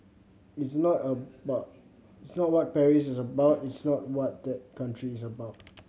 it's not it's not what Paris is about it's not what that country is about